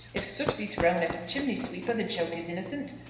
if soot be thrown at a chimney-sweeper the joke is innocent,